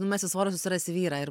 numesi svorio susirasi vyrą ir